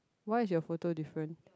why is your photo different